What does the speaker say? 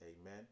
amen